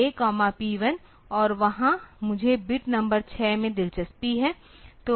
तो MOV AP 1 और वहां मुझे बिट नंबर 6 में दिलचस्पी है